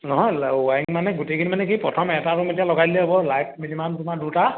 নহয় ৱাইৰিং মানে গোটেখিনি মানে কি প্ৰথম এটা ৰুম এতিয়া লগাই ল'লেই হ'ব লাইট মিনিমাম তোমাৰ দুটা